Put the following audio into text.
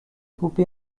coupée